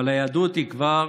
אבל היהדות היא כבר